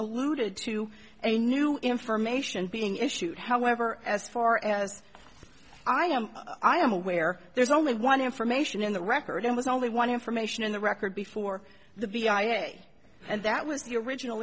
alluded to a new information being issued however as far as i am i am aware there's only one information in the record and was only one information in the record before the b ira and that was the original